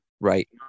Right